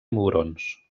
mugrons